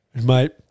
Mate